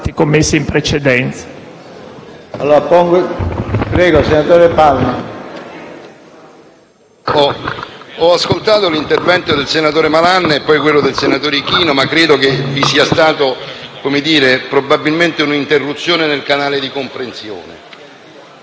commessi in precedenza.